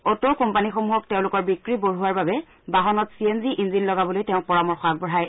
auto কোম্পানীসমূহক তেওঁলোকৰ বিক্ৰী বঢ়োৱাৰ বাবে বাহনত চি এন জিৰ ইঞ্জিন লগাবলৈ তেওঁ পৰামৰ্শ আগবঢ়ায়